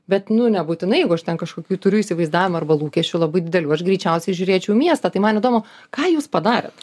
bet nebūtinai jeigu aš ten kažkokių turiu įsivaizdavimą arba lūkesčių labai didelių aš greičiausiai žiūrėčiau į miestą tai man įdomu ką jūs padarėt